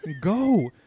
Go